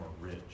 rich